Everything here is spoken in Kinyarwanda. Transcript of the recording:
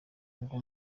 ngo